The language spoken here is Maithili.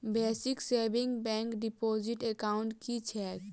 Basic savings bank deposit account की छैक?